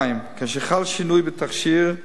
2. כשחל שינוי בתכשיר,